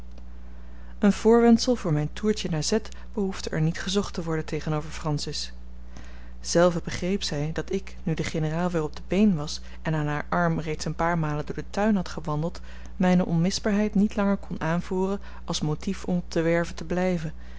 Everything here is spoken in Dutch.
een voorwendsel voor mijn toertje naar z behoefde er niet gezocht te worden tegenover francis zelve begreep zij dat ik nu de generaal weer op de been was en aan haar arm reeds een paar malen door den tuin had gewandeld mijne onmisbaarheid niet langer kon aanvoeren als motief om op de werve te blijven